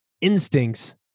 instincts